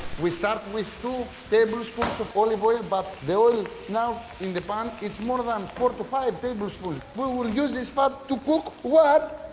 we started with two tablespoons of olive oil but the oil now in the pan is more than ah um four to five tablespoons. we will use this fat to cook what?